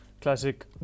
classic